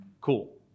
Cool